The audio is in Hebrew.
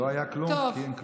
לא היה כלום כי אין כלום.